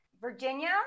Virginia